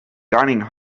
dining